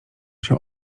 się